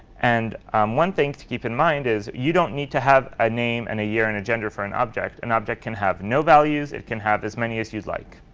and one thing to keep in mind is you don't need to have a name and a year and a gender for an object. an and object can have no values. it can have as many as you'd like.